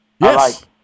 Yes